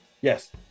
Yes